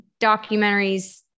documentaries